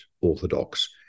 orthodox